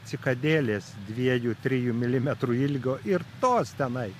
cikadėlės dviejų trijų milimetrų ilgio ir tos tenai